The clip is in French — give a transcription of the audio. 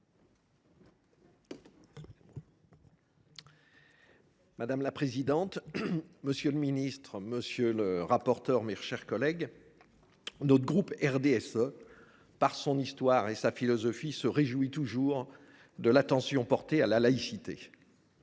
Madame la présidente, monsieur le ministre, mes chers collègues, le groupe RDSE, par son histoire et sa philosophie, se réjouit toujours de l’attention portée à la laïcité.